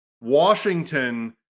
Washington